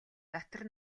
дотор